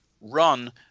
run